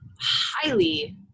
highly